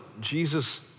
Jesus